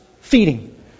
Feeding